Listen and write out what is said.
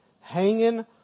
hanging